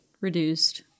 reduced